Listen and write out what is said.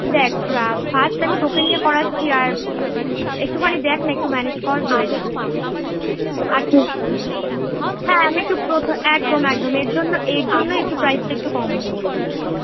দেখ ফ্রা ফার্স্ট আমি তোকে নিয়ে করাচ্ছি আর একটুখানি দেখ না একটু ম্যানেজ কর হয়ে যাবে আর হ্যাঁ আমি একটু একদম একদম এর জন্য এর জন্যই একটু প্রাইসটা একটু কম বললাম তোকে